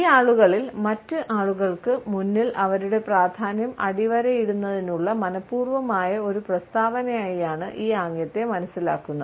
ഈ ആളുകളിൽ മറ്റ് ആളുകൾക്ക് മുന്നിൽ അവരുടെ പ്രാധാന്യം അടിവരയിടുന്നതിനുള്ള മനപൂർവ്വമായ ഒരു പ്രസ്താവന ആയി ആണ് ഈ ആംഗ്യത്തെ മനസ്സിലാക്കുന്നത്